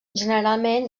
generalment